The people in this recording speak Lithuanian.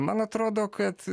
man atrodo kad